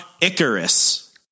Icarus